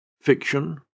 Fiction